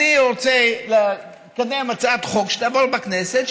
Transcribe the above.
אני רוצה לקדם הצעת חוק שתעבור בכנסת,